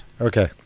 Okay